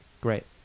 great